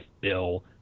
Bill